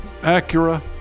Acura